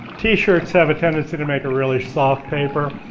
t-shirts have a tendency to make a really soft paper.